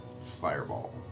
Fireball